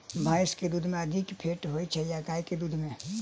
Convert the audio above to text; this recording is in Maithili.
भैंस केँ दुध मे अधिक फैट होइ छैय या गाय केँ दुध में?